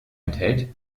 enthält